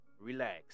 Relax